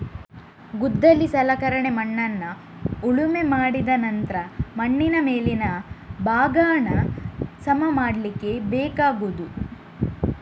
ಗುದ್ದಲಿ ಸಲಕರಣೆ ಮಣ್ಣನ್ನ ಉಳುಮೆ ಮಾಡಿದ ನಂತ್ರ ಮಣ್ಣಿನ ಮೇಲಿನ ಭಾಗಾನ ಸಮ ಮಾಡ್ಲಿಕ್ಕೆ ಬೇಕಾಗುದು